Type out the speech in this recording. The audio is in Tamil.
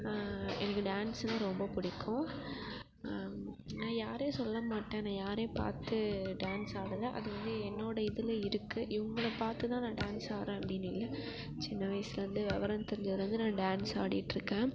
எனக்கு டான்ஸுனால் ரொம்ப பிடிக்கும் நான் யாரையும் சொல்ல மாட்டேன் நான் யாரையும் பார்த்து டான்ஸ் ஆடலை அது வந்து என்னோட இதில் இருக்குது இவங்கள பார்த்து தான் நான் டான்ஸ் ஆடுறேன் அப்படின்னு இல்லை சின்ன வயசிலேருந்து விவரம் தெரிஞ்சதிலேருந்து நான் டான்ஸ் ஆடிகிட்ருக்கேன்